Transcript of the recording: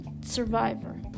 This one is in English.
survivor